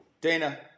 Dana